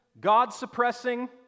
God-suppressing